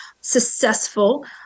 successful